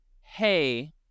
Hey